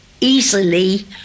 easily